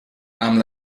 amb